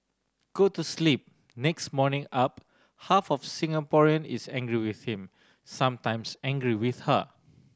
go to sleep next morning up half of Singaporean is angry with him sometimes angry with her